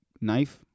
knife